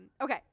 Okay